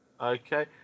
Okay